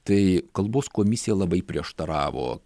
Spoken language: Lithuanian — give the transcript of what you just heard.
tai kalbos komisija labai prieštaravo